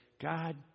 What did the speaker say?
God